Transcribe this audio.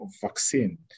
vaccine